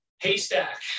Haystack